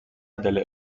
delle